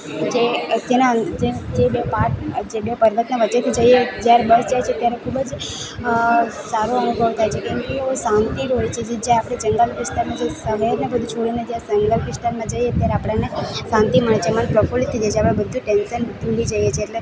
જે જેના જે બે પાર્ટ જે બે પર્વતને વચ્ચેથી જઈએ જ્યારે બસ જાય છે ત્યારે ખૂબ જ અ સારો અનુભવ થાય છે કેમકે એવું શાંતિ હોય છે જે જે આપણે જંગલ વિસ્તારમાં જે શહેરને બધું જોઈને જ્યાં જંગલ વિસ્તારમાં જઈએ ત્યારે આપણાને શાંતિ મળે છે મન પ્રફુલ્લિત થઈ જાય છે આપણે બધું ટેન્શન ભૂલી જઈએ છીએ એટલે